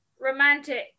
romantic